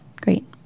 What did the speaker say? Great